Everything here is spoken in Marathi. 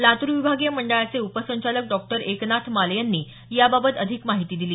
लातूर विभागीय मंडळाचे उपसंचालक डॉ एकनाथ माले यांनी याबाबत अधिक माहिती दिली